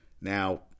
Now